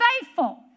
Faithful